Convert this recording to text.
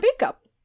makeup